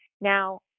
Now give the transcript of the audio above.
Now